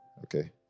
okay